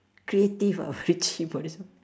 creative ah very chim ah this one